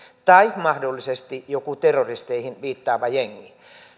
tai mahdollisesti joku terroristeihin viittaava jengi